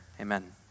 amen